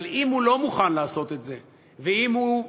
אבל אם הוא לא מוכן לעשות את זה ואם הוא